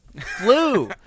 flu